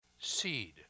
seed